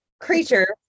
creature